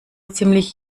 ziemlich